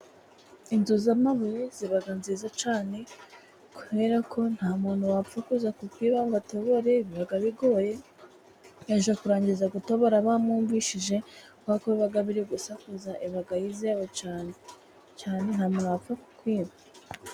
Inzu z'amabuye ziba nziza cyane ,kubera ko nta muntu wapfa kuza ku kwiba ngo atobore biba bigoye, yajya kurangiza gutobora bamwumvise , kubera ko biba biri gusakuza cyane , nta muntu wapfa kukwiba.